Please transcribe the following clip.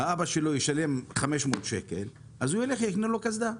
שאבא שלו ישלם 500 שקל, אז הוא ילך ויקנה לו קסדה.